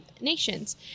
nations